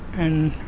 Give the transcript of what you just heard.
and